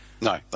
No